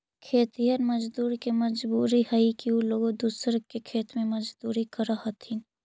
खेतिहर मजदूर के मजबूरी हई कि उ लोग दूसर के खेत में मजदूरी करऽ हथिन